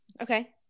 okay